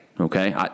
Okay